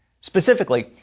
Specifically